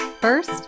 First